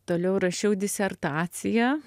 toliau rašiau disertaciją